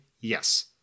Yes